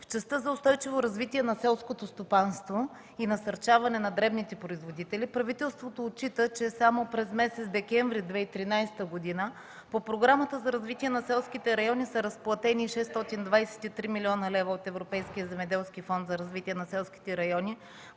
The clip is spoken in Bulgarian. в частта за устойчиво развитие на селското стопанство и насърчаване на дребните производители, правителството отчита, че само през месец декември 2013 г. по Програмата за развитие на селските райони са разплатени 623 млн. лв. от Европейския земеделски фонд за развитие на селските райони,